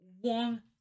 one